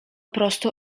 prostu